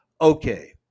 Okay